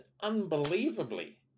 unbelievably